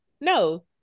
No